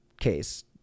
case